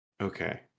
Okay